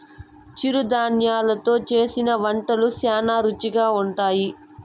చిరుధాన్యలు తో చేసిన వంటలు శ్యానా రుచిగా ఉంటాయి